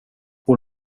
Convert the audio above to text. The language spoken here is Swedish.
hon